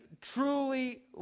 truly